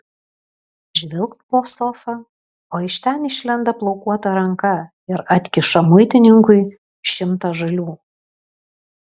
žvilgt po sofa o iš ten išlenda plaukuota ranka ir atkiša muitininkui šimtą žalių